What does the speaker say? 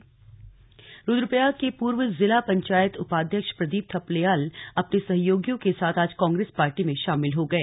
slug Congress में शामिल रुद्रप्रयाग के पूर्व जिला पंचायत उपाध्यक्ष प्रदीप थपलियाल अपने सहयोगियों के साथ आज कांग्रेस पार्टी में शामिल हो गए